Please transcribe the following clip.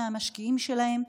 מהמשקיעים שלהם,